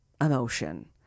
emotion